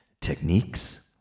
techniques